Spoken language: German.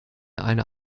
eine